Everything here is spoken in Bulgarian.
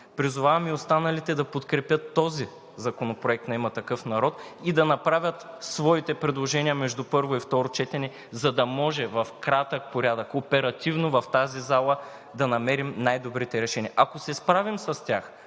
Призовавам и останалите да подкрепят този законопроект на „Има такъв народ“ и да направят своите предложения между първо и второ четене, за да може в кратък порядък оперативно в тази зала да намерим най-добрите решения. Ако се справим с тях,